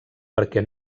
perquè